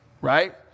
right